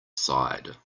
side